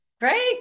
Great